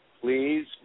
please